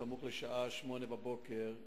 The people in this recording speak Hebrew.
סמוך לשעה 08:00,